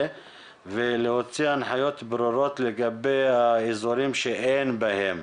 ולהוציא הנחיות ברורות לגבי האזורים שאין בהם